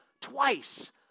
twice